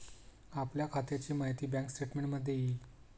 आपल्या खात्याची माहिती बँक स्टेटमेंटमध्ये येईल